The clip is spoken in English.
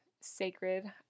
sacred